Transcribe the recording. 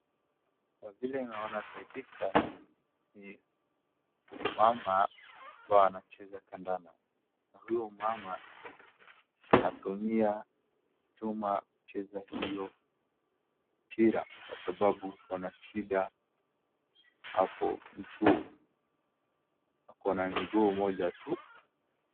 Kwa vile naona kwa hii picha, ni mama ambaye anacheza kandanda. Huyu mama anatumia chuma kucheza hiyo mpira kwa sababu iko na shida hapo mguu, ako na mguu mmoja tu.